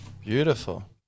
beautiful